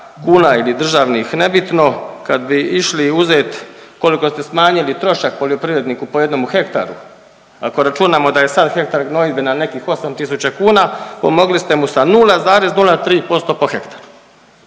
kuna ili državnih nebitno kad bi išli uzet koliko ste smanjili trošak poljoprivredniku po jednom hektaru, ako računamo da je sad hektar gnojidbe na nekih 8 tisuća kuna pomogli ste mu sa 0,03% po hektaru